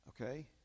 okay